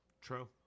True